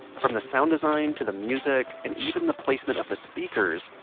from the sound design, to the music, and even the placement of the speakers,